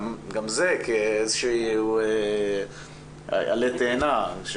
וגם זה כאיזה שהוא עלה תאנה.